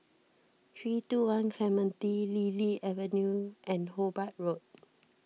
three two one Clementi Lily Avenue and Hobart Road